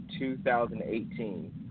2018